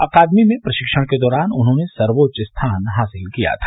अकादमी में प्रशिक्षण के दौरान उन्होंने सर्वोच्च स्थान हासिल किया था